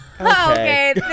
Okay